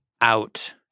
out